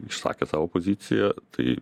išsakė savo poziciją tai